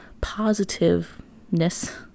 positiveness